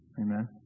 Amen